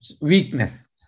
weakness